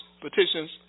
petitions